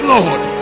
Lord